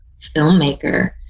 filmmaker